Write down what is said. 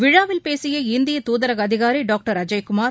விழாவில் பேசிய இந்திய துதரக அதினரி டாக்டர் அஜய் குமார்